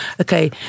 Okay